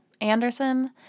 Anderson